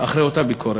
אחרי אותה ביקורת,